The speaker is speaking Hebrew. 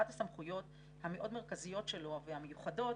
אחת הסמכויות המאוד מרכזיות שלו והמיוחדות